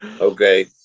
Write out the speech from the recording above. Okay